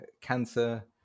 cancer